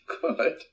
Good